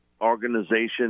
organization